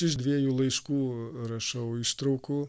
iš dviejų laiškų rašau ištraukų